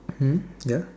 hmm ya